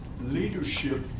leadership